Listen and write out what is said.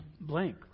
blank